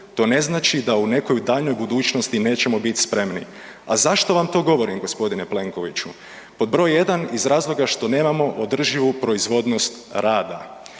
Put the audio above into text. to ne znači da u nekoj daljnjoj budućnosti nećemo biti spremni. A zašto vam to govorim gospodine Plenkoviću? Pod broj jedan, iz razloga što nemamo održivu proizvodnost rada,